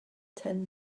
ten